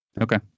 Okay